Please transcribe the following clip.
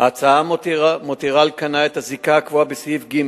ההצעה מותירה על כנה את הזיקה הקבועה בסעיף (ג)